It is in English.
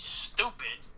stupid